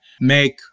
make